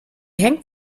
hängt